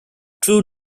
true